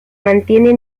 mantiene